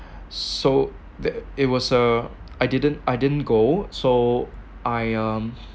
so that it was uh I didn't I didn't go so I um